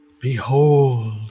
Behold